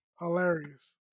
Hilarious